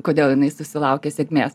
kodėl jinai susilaukia sėkmės